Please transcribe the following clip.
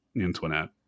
Antoinette